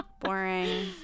Boring